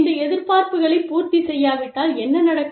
இந்த எதிர்பார்ப்புகளைப் பூர்த்தி செய்யாவிட்டால் என்ன நடக்கும்